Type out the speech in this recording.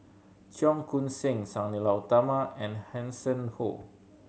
Cheong Koon Seng Sang Nila Utama and Hanson Ho